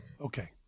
Okay